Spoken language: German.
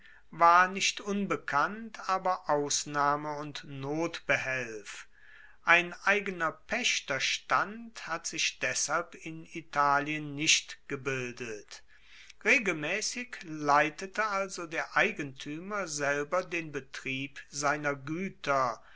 war nicht unbekannt aber ausnahme und notbehelf ein eigener paechterstand hat sich deshalb in italien nicht gebildet regelmaessig leitete also der eigentuemer selber den betrieb seiner gueter